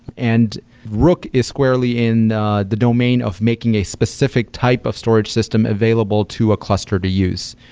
and rook is squarely in the domain of making a specific type of storage system available to a cluster to use.